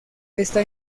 esta